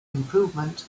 improvement